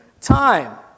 time